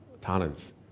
talents